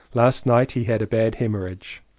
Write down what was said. last night he had a bad hemorrhage.